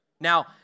now